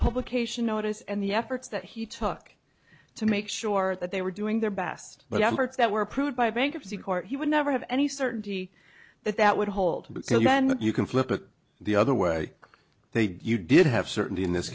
publication notice and the efforts that he took to make sure that they were doing their best but efforts that were approved by a bankruptcy court he would never have any certainty that that would hold but still then you can flip it the other way they did you did have certainty in this